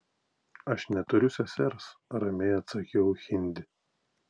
aš neturiu sesers ramiai atsakiau hindi